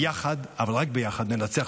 ביחד, אבל רק ביחד, ננצח.